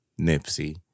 Nipsey